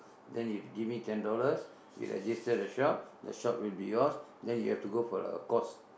then you give me ten dollars we register the shop the shop will be yours then you have to go for a course